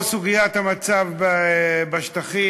או סוגיית המצב בשטחים,